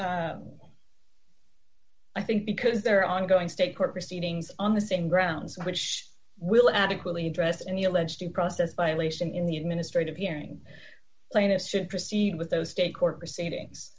so i think because there are ongoing state court proceedings on the same grounds which will adequately address any alleged due process violation in the administrative hearing plaintiff should proceed with those state court proceedings